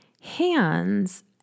hands